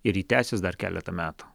ir ji tęsis dar keletą metų